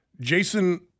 Jason